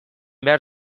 behar